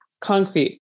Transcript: concrete